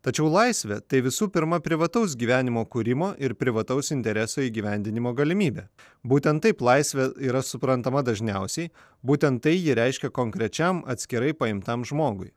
tačiau laisvė tai visų pirma privataus gyvenimo kūrimo ir privataus intereso įgyvendinimo galimybė būtent taip laisvė yra suprantama dažniausiai būtent tai ji reiškia konkrečiam atskirai paimtam žmogui